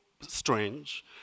strange